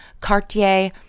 Cartier